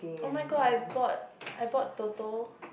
oh-my-god I bought I bought Toto